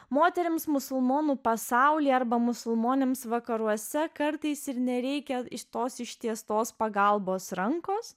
moterims musulmonų pasaulyje arba musulmonėms vakaruose kartais ir nereikia iš tos ištiestos pagalbos rankos